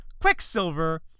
Quicksilver